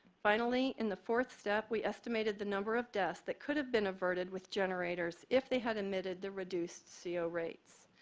finally, in the fourth step, we estimated the number of deaths that could have been averted with generators if they had emitted the reduced co ah rates.